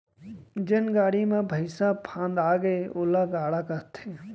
जेन गाड़ी म भइंसा फंदागे ओला गाड़ा कथें